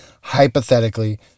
hypothetically